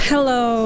Hello